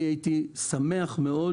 הייתי שמח מאוד